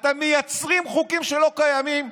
אתם מייצרים חוקים שלא קיימים.